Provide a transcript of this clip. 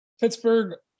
Pittsburgh